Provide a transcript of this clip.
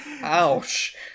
Ouch